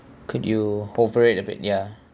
could you hold for it a bit ya